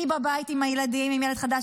היא בבית עם הילדים, עם ילד חדש.